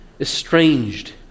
estranged